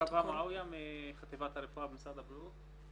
הרפואה במשרד הבריאות.